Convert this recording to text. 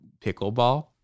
Pickleball